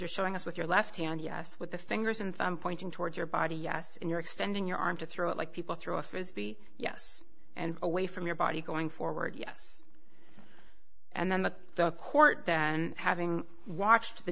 you're showing us with your left hand yes with the fingers and thumb pointing towards your body yes you're extending your arm to throw it like people throw a frisbee yes and away from your body going forward yes and then the the court then having watched the